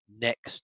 next